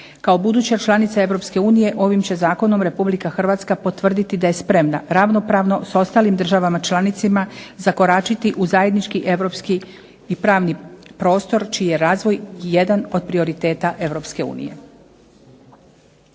Kao buduća članica Europske unije, ovim će zakonom Republika Hrvatska potvrditi da je spremna ravnopravno s ostalim državama članicama zakoračiti u zajednički europski i pravni prostor, čiji je razvoj jedan od prioriteta